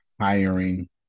hiring